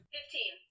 Fifteen